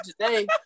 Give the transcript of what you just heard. today